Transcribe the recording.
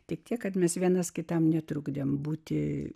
tik tiek kad mes vienas kitam netrukdėme būti